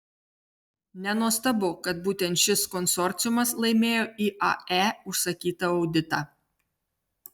nenuostabu kad būtent šis konsorciumas laimėjo iae užsakytą auditą